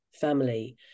family